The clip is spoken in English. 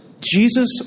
Jesus